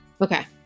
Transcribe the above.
Okay